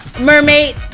Mermaid